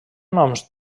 noms